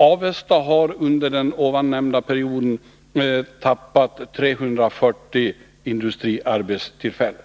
Avesta har under den nämnda perioden tappat 340 industriarbetstillfällen.